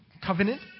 covenant